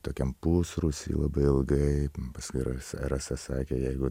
tokiam pusrūsy labai ilgai paskui rasa rasa sakė jeigu